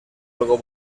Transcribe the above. algo